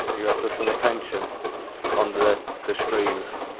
you after some attention on the constraints